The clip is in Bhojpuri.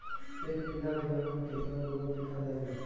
एक बीगहा गेहूं में केतना गोबर के खाद लागेला?